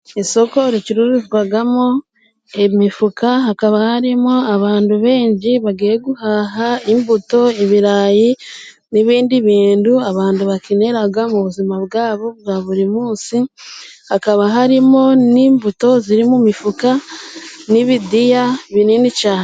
Isoko ricururizwamo imifuka hakaba harimo abantu benshi bagiye guhaha imbuto, ibirayi ,n'ibindi bintu abantu bakenera mu buzima bwabo bwa buri munsi, hakaba harimo n'imbuto ziri mu mifuka n'ibidiya. binini cyane.